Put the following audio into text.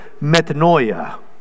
metanoia